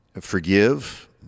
forgive